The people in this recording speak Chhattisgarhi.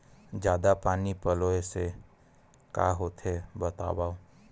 जादा पानी पलोय से का होथे बतावव?